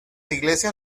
iglesias